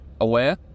aware